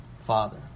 Father